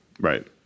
Right